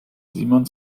simon